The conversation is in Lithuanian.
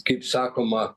kaip sakoma